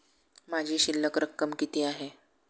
माझी शिल्लक रक्कम किती आहे?